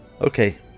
Okay